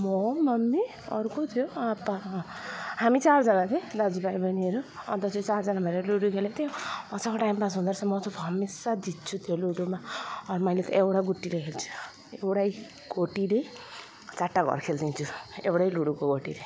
म मम्मी अरू को थियो आप्पा हामी चारजना थिएँ दाजु भाइबहिनीहरू अन्त चाहिँ चारजना भएर लुडो खेलेको थियो मजाको टाइम पास हुँदो रहेछ म चाहिँ हमेसा जित्छु त्यो लुडोमा और मैले त एउटा गोटीले खेल्छु एउटै गोटीले चारवटा घर खोलिदिन्छु एउटै लुडोको गोटीले